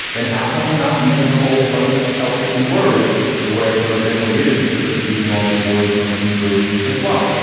then how come we're not using a whole bunch of celtic words the way, for example, yiddish speakers are using all these words from hebrew and slavic.